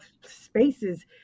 spaces